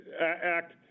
act